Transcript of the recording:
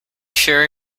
sure